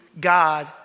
God